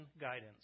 guidance